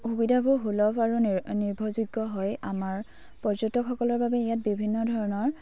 সুবিধাবোৰ সুলভ আৰু নি নিৰ্ভৰযোগ্য হৈ আমাৰ পৰ্যটকসকলৰ বাবে ইয়াত বিভিন্ন ধৰণৰ